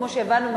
כמו שהבנו,